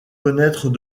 connaître